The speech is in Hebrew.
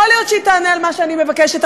יכול להיות שהיא תענה על מה שאני מבקשת,